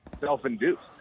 self-induced